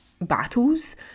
battles